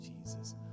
Jesus